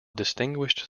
distinguished